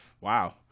wow